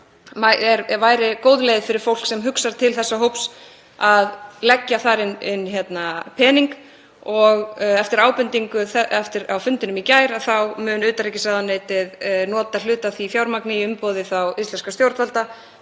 þá væri góð leið fyrir fólk sem hugsar til þessa hóps að leggja þar inn pening. Eftir ábendingu á fundinum í gær þá mun utanríkisráðuneytið nota hluta af því fjármagni í umboði íslenskra stjórnvalda,